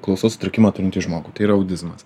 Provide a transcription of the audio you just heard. klausos sutrikimą turintį žmogų tai yra audizmas